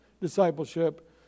discipleship